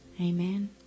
Amen